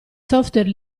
software